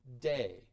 day